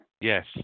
Yes